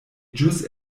ĵus